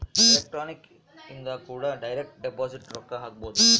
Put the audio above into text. electronic ಇಂದ ಕೂಡ direct deposit ರೊಕ್ಕ ಹಾಕ್ಬೊದು